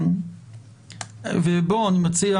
אני מציע,